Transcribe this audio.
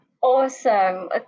Awesome